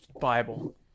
Bible